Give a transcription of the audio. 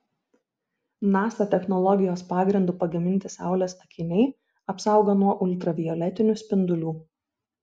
nasa technologijos pagrindu pagaminti saulės akiniai apsaugo nuo ultravioletinių spindulių